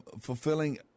fulfilling